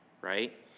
right